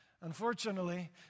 Unfortunately